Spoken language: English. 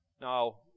Now